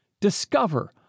Discover